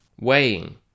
weighing